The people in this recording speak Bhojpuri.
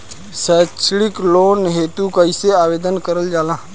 सैक्षणिक लोन हेतु कइसे आवेदन कइल जाला?